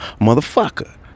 motherfucker